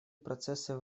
процессы